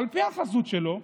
על פי החזות שלו,